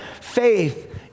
faith